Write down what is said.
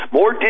More